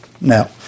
Now